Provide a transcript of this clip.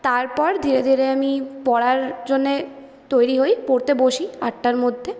তারপর ধীরে ধীরে আমি পড়ার জন্য তৈরি হই পড়তে বসি আটটার মধ্যে